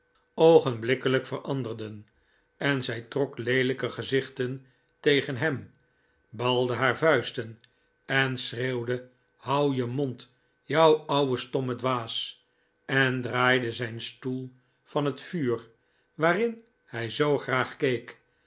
oogenblikkelijk veranderden en zij trok leelijke gezichten tegen hem balde haar vuisten en schreeuwde houd je mond jou ouwe stomme dwaas en draaide zijn stoel van het vuur waarin hij zoo graag keek